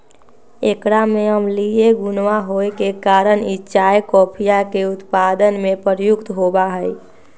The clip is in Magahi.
एकरा में अम्लीय गुणवा होवे के कारण ई चाय कॉफीया के उत्पादन में प्रयुक्त होवा हई